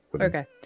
Okay